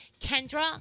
Kendra